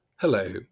Hello